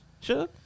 sure